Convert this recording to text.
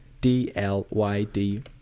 D-L-Y-D